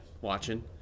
watching